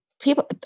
people